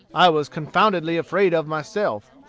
i was confoundedly afraid of, myself.